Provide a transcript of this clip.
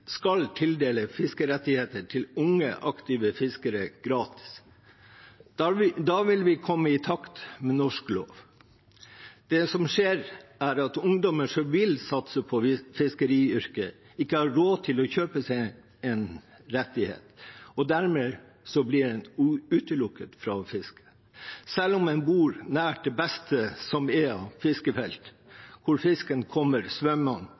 skal tildele fiskerettigheter til unge, aktive fiskere gratis. Da vil vi komme i takt med norsk lov. Det som skjer, er at ungdommer som vil satse på fiskeriyrket, ikke har råd til å kjøpe seg en rettighet og blir dermed utelukket fra å fiske, selv om en bor nær det beste som er av fiskefelt, hvor fisken kommer